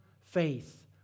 faith